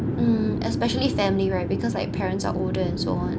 mm especially family right because like parents are older and so on